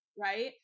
Right